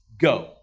Go